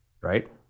right